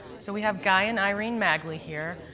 so we have guy and irene magley here,